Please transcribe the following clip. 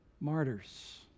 martyrs